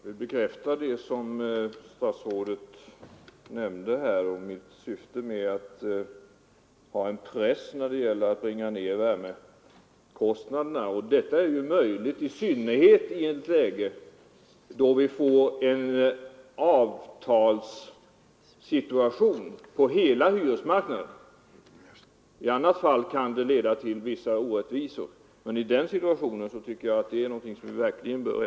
Herr talman! Jag vill bekräfta statsrådets teckning av mitt syfte, att åstadkomma en press som gör att värmekostnaderna bringas ner. Och detta blir möjligt i synnerhet då vi får en avtalssituation på hela hyresmarknaden; i annat fall kan det uppstå vissa orättvisor. Men i den situationen tycker jag verkligen att det är någonting som vi bör eftersträva.